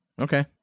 Okay